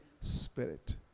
Spirit